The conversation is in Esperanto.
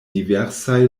diversaj